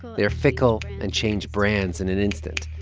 they're fickle and change brands in an instant,